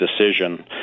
decision